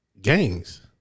gangs